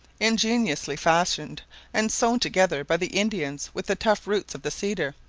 ingeniously fashioned and sewn together by the indians with the tough roots of the cedar,